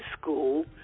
school